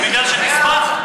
כי נשמח?